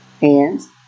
hands